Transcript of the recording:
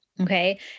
okay